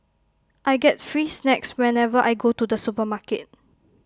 I get free snacks whenever I go to the supermarket